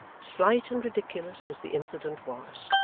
slight and ridiculous as the incident was,